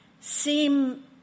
seem